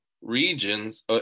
regions